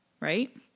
Right